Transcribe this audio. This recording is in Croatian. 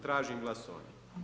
Tražim glasovanje.